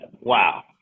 wow